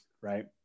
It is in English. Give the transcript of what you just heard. right